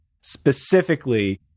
specifically